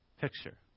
picture